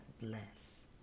bless